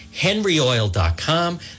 henryoil.com